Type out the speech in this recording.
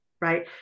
right